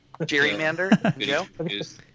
Gerrymander